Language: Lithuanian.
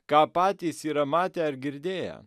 ką patys yra matę ar girdėję